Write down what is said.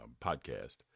podcast